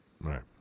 Right